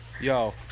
Yo